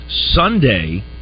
Sunday